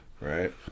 Right